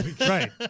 Right